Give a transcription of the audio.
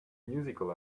musical